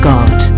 God